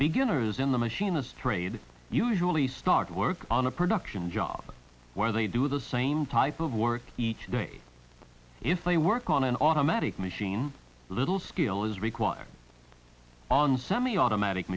beginners in the machinist trade usually start work on a production job where they do the same type of work each day if they work on an automatic machine a little skill is required on semi automatic